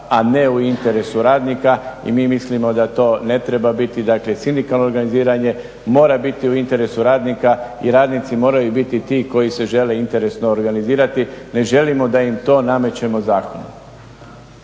a ne u interesu radnika. I mi mislimo da to ne treba biti, dakle sindikalno organiziranje mora biti u interesu radnika i radnici moraju biti ti koji se žele interesno organizirati, ne želimo da im to namećemo zakonom.